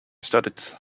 studied